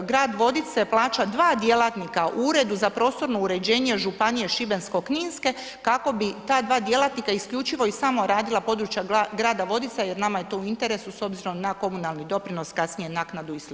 Grad Vodice plaća dva djelatnika u Uredu za prostorno uređenje županije šibensko-kninske kako bi ta dva djelatnika isključivo i samo radila područja grada Vodica jer nama je to u interesu s obzirom na komunalni doprinos, kasnije naknadu i sl.